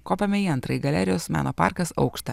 kopiame į antrąjį galerijos meno parkas aukštą